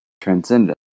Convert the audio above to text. transcendent